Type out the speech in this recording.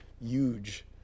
huge